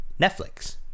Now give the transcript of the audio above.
Netflix